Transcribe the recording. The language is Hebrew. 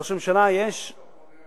ראש הממשלה, יש, זאת בעיה.